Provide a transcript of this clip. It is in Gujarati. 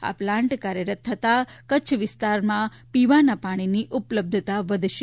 આ પ્લાન્ટ કાર્યરત થતાં કચ્છ વિસ્તારમાં પીવાના પાણીની ઉપલબ્ધતા વધશે